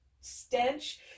stench